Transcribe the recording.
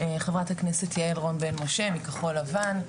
חברת הכנסת יעל רון בן משה מכחול לבן,